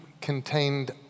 contained